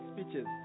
speeches